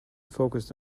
focussed